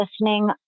listening